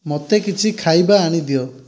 ମୋତେ କିଛି ଖାଇବା ଆଣିଦିଅ